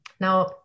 Now